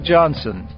Johnson